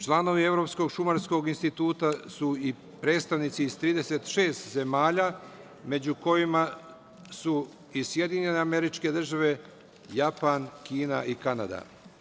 Članovi Evropskog šumarskog instituta su i predstavnici iz 36 zemalja, među kojima su i SAD, Japan, Kina i Kanada.